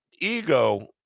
ego